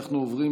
אנחנו עוברים